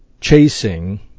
chasing